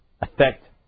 affect